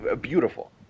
beautiful